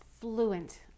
fluent